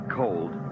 cold